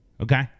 okay